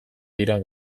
dira